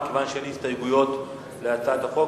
מכיוון שאין הסתייגויות להצעת החוק,